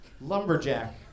lumberjack